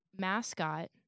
mascot